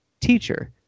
teacher